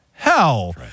hell